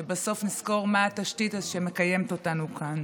שבסוף נזכור מה התשתית שמקיימת אותנו כאן.